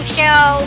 show